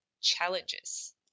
challenges